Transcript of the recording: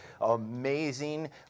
amazing